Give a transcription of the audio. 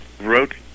wrote